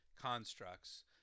constructs